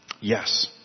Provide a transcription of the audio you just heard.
Yes